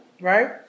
right